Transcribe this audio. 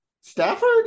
Stafford